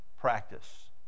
practice